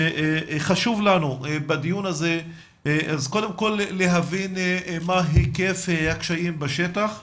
וחשוב לנו בדיון הזה קודם כל להבין מה היקף הקשיים בשטח,